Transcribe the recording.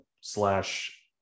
slash